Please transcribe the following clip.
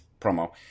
promo